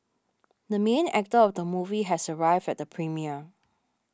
the main actor of the movie has arrived at the premiere